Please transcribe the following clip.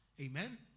Amen